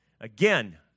Again